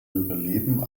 überleben